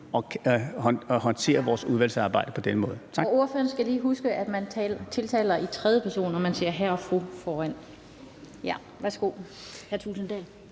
og håndterer vores udvalgsarbejde på den måde?